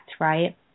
right